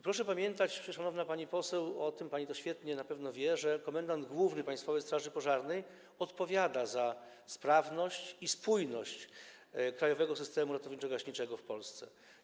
Proszę pamiętać, szanowna pani poseł, pani to na pewno świetnie wie, że komendant główny Państwowej Straży Pożarnej odpowiada za sprawność i spójność krajowego systemu ratowniczo-gaśniczego w Polsce.